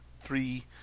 three